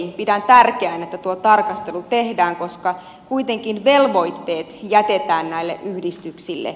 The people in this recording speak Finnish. pidän tärkeänä että tuo tarkastelu tehdään koska kuitenkin velvoitteet jätetään näille yhdistyksille